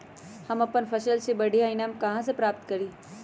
हम अपन फसल से बढ़िया ईनाम कहाँ से प्राप्त करी?